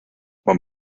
man